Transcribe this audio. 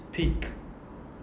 speak